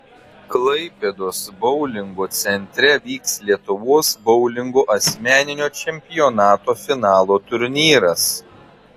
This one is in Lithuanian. klaipėdos boulingo centre vyks lietuvos boulingo asmeninio čempionato finalo turnyras